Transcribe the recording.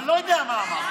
אני לא יודע מה אמרת.